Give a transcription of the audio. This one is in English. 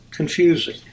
confusing